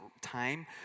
time